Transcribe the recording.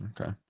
Okay